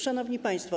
Szanowni Państwo!